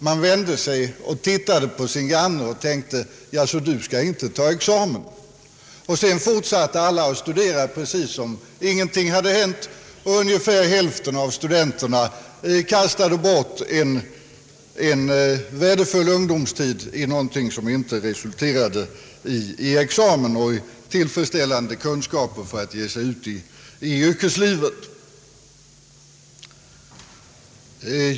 Man vände sig och tittade på sin granne och tänkte: Jaså, du skall inte ta examen. Sedan fortsatte alla att studera precis som om ingenting hade hänt. Ungefär hälften av studenterna kastade bort en värdefull ungdomstid i någonting som inte resulterade i examen och i tillfredsstäl lande kunskaper för att ge sig ut i yrkeslivet.